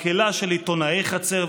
מקהלה של עיתונאי חצר,